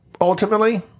ultimately